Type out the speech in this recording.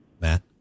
Matt